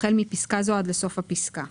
"החל מפסקה זו" עד לסוף הפסקה.